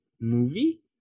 movie